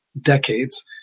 decades